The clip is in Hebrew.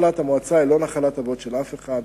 המועצה היא לא נחלת אבות של אף אחד,